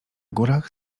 górach